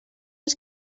els